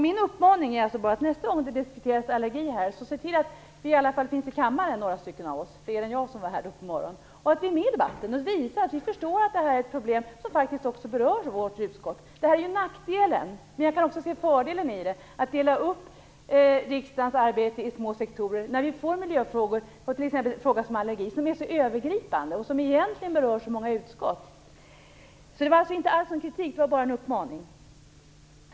Min uppmaning är: Nästa gång det diskuteras allergi, se till att i alla fall några stycken fler än jag, som var här på morgonen, finns i kammaren! Vi skall vara med i debatten och visa att vi förstår att det här är ett problem som faktiskt också berör vårt utskott. När vi får miljöfrågor och en fråga som t.ex. allergi, som är så övergripande och som egentligen berör så många utskott, är det en nackdel att riksdagens arbete delas upp i små sektorer. Men jag kan också se fördelen. Jag framförde alltså inte alls någon kritik, det var bara en uppmaning.